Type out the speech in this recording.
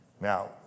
Now